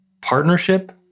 partnership